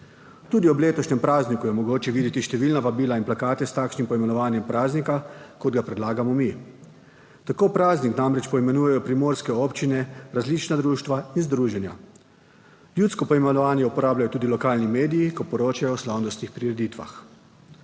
Tudi ob letošnjem prazniku je mogoče videti številna vabila in plakate s takšnim poimenovanjem praznika, kot ga predlagamo mi. Tako praznik namreč poimenujejo primorske občine, različna društva in združenja. Ljudsko poimenovanje uporabljajo tudi lokalni mediji, ko poročajo o slavnostnih prireditvah.